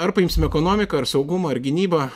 ar paimsim ekonomiką ar saugumą ar gynybą